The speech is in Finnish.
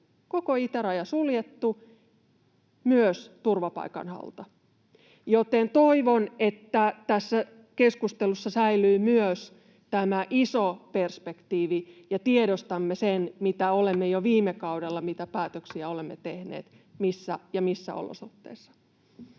koko itäraja suljettu — myös turvapaikanhaulta. Joten toivon, että tässä keskustelussa säilyy myös tämä iso perspektiivi ja tiedostamme sen, mitä päätöksiä olemme jo viime kaudella tehneet ja missä olosuhteissa.